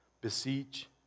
beseech